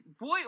boy